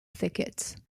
thickets